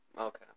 Okay